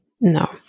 no